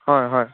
হয় হয়